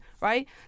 right